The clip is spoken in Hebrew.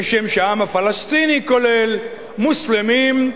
כשם שהעם הפלסטיני כולל מוסלמים,